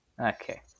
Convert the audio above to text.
Okay